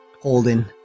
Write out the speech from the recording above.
holding